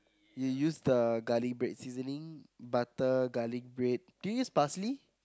you use the garlic bread seasoning butter garlic bread did you use parsley